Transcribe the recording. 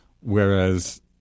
whereas